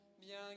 bien